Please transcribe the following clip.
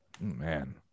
Man